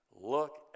Look